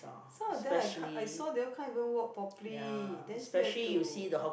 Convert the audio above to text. some of them I ca~ I saw they all can't even walk properly then still have to